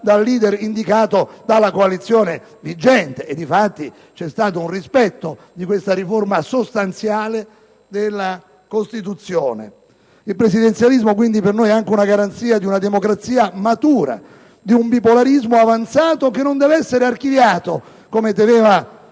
dal leader indicato dalla coalizione vincente (e difatti è sempre stata rispettata questa riforma sostanziale della Costituzione). Il presidenzialismo, quindi, è per noi anche garanzia di una democrazia matura, di un bipolarismo avanzato, che non deve essere archiviato, come temeva